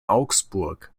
augsburg